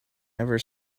ever